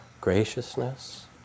graciousness